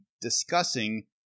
discussing